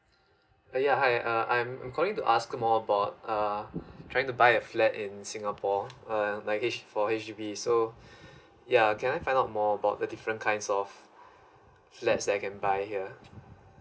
uh yeah hi uh I'm I'm calling to ask more about uh trying to buy a flat in singapore um like H for H_D_B so yeah can I find out more about the different kinds of flat that I can buy here